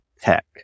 tech